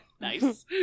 nice